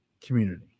community